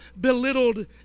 belittled